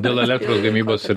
dėl elektros gamybos ir